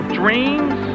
dreams